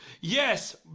Yes